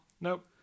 Nope